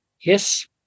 Yes